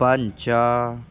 पञ्च